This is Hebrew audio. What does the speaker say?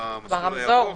הירוק,